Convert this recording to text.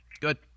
Good